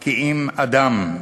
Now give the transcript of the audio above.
כי אם אדם,